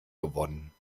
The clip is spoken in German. gewonnen